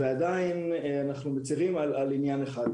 יש עניין אחד שאנחנו מצרים עליו,